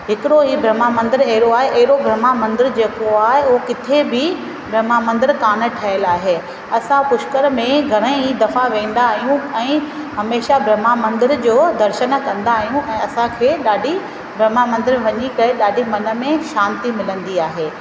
हिकड़ो ई ब्रह्मा मंदिर एढ़ो आए एढ़ो ब्रह्मा मंदिर जेको आ उहो किथे बि ब्रह्मा मंदिर कान ठयल आहे असां पुष्कर में घणे ई दफा वेंदायूं ऐं हमेशा ब्रह्मा मंदिर जो दर्शन कंदा आयूं ऐं असांखे ॾाढी ब्रह्मा मंदिर वञी करे ॾाढी मन में शांति मिलंदी आहे